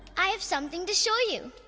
i have something to show you.